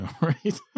Right